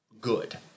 good